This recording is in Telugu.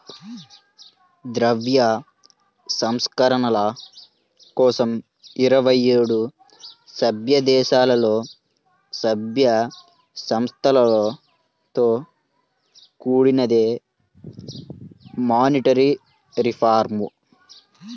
ద్రవ్య సంస్కరణల కోసం ఇరవై ఏడు సభ్యదేశాలలో, సభ్య సంస్థలతో కూడినదే మానిటరీ రిఫార్మ్